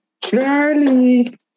Charlie